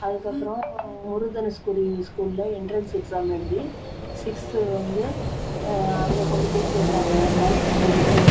அதுக்கப்பறம் ஸ்கூலில் entrance exam எழுதிச் சிக்ஸ்த் வந்து அங்கே கொண்டுபோய் சேர்த்தாங்க கேர்ல்ஸ் ஸ்கூல்லு